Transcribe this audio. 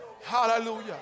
Hallelujah